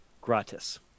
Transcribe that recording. gratis